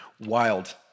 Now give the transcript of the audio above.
wild